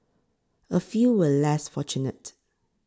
a few were less fortunate